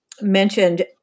mentioned